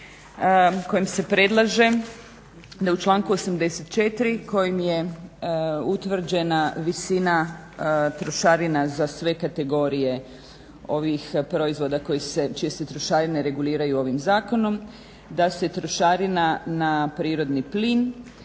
kojim se predlaže da u članku 84. kojim je utvrđena visina trošarina za sve kategorije ovih proizvoda koji se, čije se trošarine reguliraju ovim zakonom, da se trošarina na prirodni plin